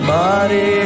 body